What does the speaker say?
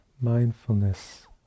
mindfulness